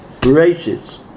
gracious